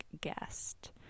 guest